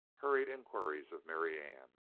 hurried inquiries of marianne.